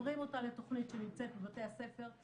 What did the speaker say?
מחברים אותה לתכנית שנמצאת בבתי הספר.